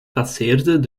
passeerden